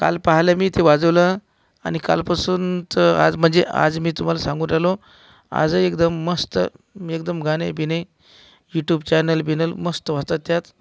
काल पाह्यलं मी ते वाजवलं आणि कालपासूनच आज म्हणजे आज मी तुम्हाला सांगून राह्यलो आजही एकदम मस्त एकदम गाणे बिणे युटूब चॅनल बिनल मस्त होता त